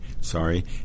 sorry